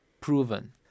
proven